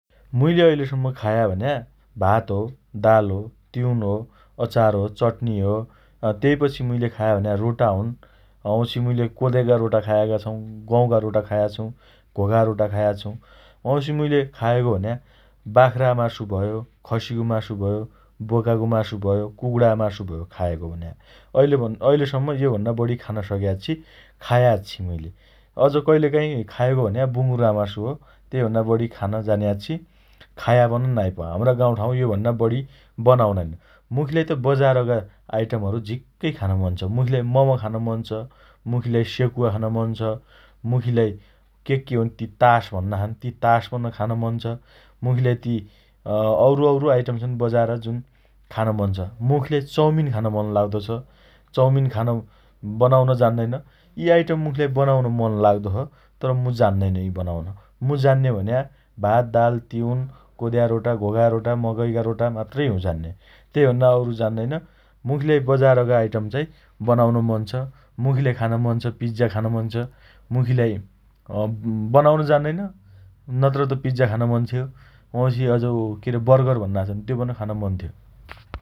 मुइले अइलसम्म खाया भन्या भात हो । दाल हो । तिउन हो । अचार हो । चट्नि हो । तेइपछि मुइले खाया भन्या रोटा हुन् । वाउँछि मुइले कोदेका रोटा खायाका छौं । गहुँका रोटा खाया छौं । घाका रोटा खायाछौं । वाउँछि मुइले खाएको भन्या बाख्रा मासु भयो । खसीको मासु भयो । बोकाको मासु भयो । कुगुणा मासु भयो खाएको भन्या । अहिलेभन् अहिलेसम्म यो भन्दा बढी खान सक्या आच्छि । खायाच्छि मुइले । अझ कहिलेकाहीँ खाएको भन्या बुंगुरा मासु हो त्यो भन्ना बढी खान जान्या आच्छि । खाया पन आच्छि नाइप । हाम्रा गाउँठाउँ यो भन्दा बढी बनाउनाइन । मुखीलाइ त बजारका आइटमहरू झिक्कै खान मन छ । मुखीलाइ मम खान मन छ । मुखीलाई सेकुवा खान मन छ । मुखीलाई के के हुन ती तास भन्ना छन् तास पन खान मन छ । मुखीलाई ती अँ औरु औरु आइटम छन् बजार जुन खान मन छ । मुखीलाई चउमिन खान मन लाग्दो छ । चौमिन खान बनाउन जान्नैन । यी आइटम मुखीलाई बनाउन मन लाग्दो छ । तर, मु जान्नैन यी बनाउन । मु जान्ने भन्या भात दाल तिउन कोदया रोटो घोका रोटा मकैका रोटा मात्र हुँ जान्ने तेइ भन्दा अरु जान्नैन । मुखीलाई बजारका आइटम बनाउन मन छ मुखीलाई खान मन छ पिज्जा खान मन छ । मुखीलाई अँ बनाउन जान्नैन नत्रत पिज्जा खान मन छ्यो । वाउँछि अझ ओ ओ केरे बर्गर भन्ना छन् । त्यो पनि खान मन थ्यो ।